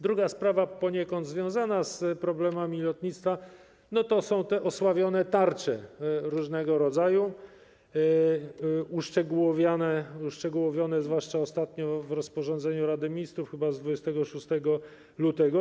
Druga sprawa poniekąd związana z problemami lotnictwa to są te osławione tarcze różnego rodzaju, uszczegółowione zwłaszcza ostatnio w rozporządzeniu Rady Ministrów chyba z 26 lutego.